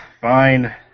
Fine